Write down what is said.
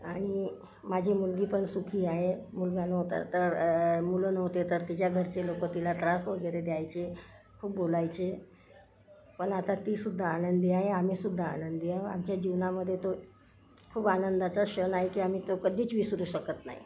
आणि माझी मुलगीपण सुखी आहे मुलगा नव्हता तर मुलं नव्हते तर तिच्या घरचे लोक तिला त्रास वगैरे द्यायचे खूप बोलायचे पण आता तीसुद्धा आनंदी आहे आम्हीसुद्धा आनंदी आहो आमच्या जीवनामधे तो खूप आनंदाचा क्षण आहे की आम्ही तो कधीच विसरू शकत नाही